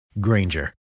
Granger